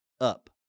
up